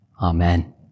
Amen